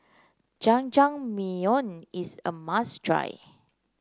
Jajangmyeon is a must try